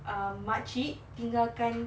um makcik tinggalkan